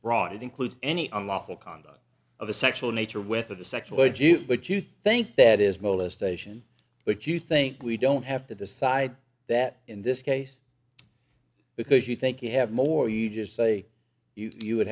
broad it includes any unlawful conduct of a sexual nature with of the sexual urge you but you think that is molestation but you think we don't have to decide that in this case because you think you have more you just say you wou